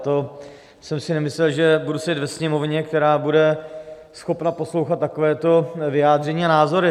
To jsem si nemyslel, že budu sedět ve Sněmovně, která bude schopna poslouchat takováto vyjádření a názory.